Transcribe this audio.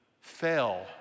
fail